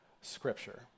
scripture